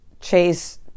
Chase